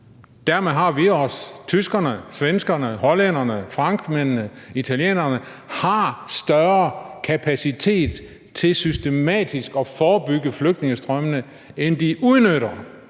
Dermed har vi også – og tyskerne, svenskerne, hollænderne, franskmændene, italienerne – større kapacitet til systematisk at forebygge flygtningestrømmene, end vi udnytter.